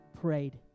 prayed